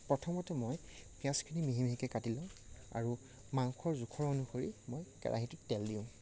প্ৰথমতে মই পিঁয়াজখিনি মিহি মিহিকৈ কাটি লওঁ আৰু মাংসৰ জোখৰ অনুসৰি মই কেৰাহীটোত তেল দিওঁ